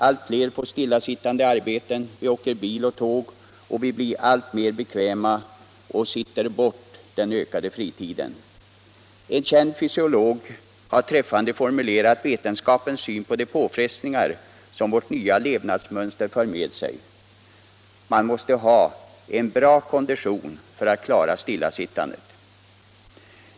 Allt fler får stillasittande arbete, vi åker bil och tåg och vi blir allt bekvämare och sitter bort den ökade fritiden. En känd fysiolog har träffande formulerat vetenskapens syn på de påfrestningar som vårt nya levnadsmönster för med sig: Man måste ha en bra kondition för att klara stillasittandet.